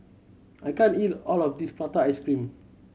I can't eat all of this prata ice cream